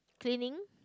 training